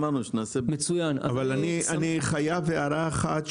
אני חייב להגיד הערה אחת,